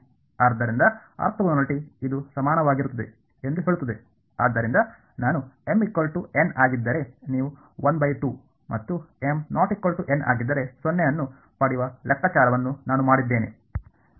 ಆದ್ದರಿಂದ ಆರ್ಥೋಗೊನಾಲಿಟಿ ಇದು ಸಮಾನವಾಗಿರುತ್ತದೆ ಎಂದು ಹೇಳುತ್ತದೆ ಆದ್ದರಿಂದ ನಾನು m n ಆಗಿದ್ದರೆ ನೀವು 1 2 ಮತ್ತು ಆಗಿದ್ದರೆ ಸೊನ್ನೆ ಅನ್ನು ಪಡೆಯುವ ಲೆಕ್ಕಾಚಾರವನ್ನು ನಾನು ಮಾಡಿದ್ದೇನೆ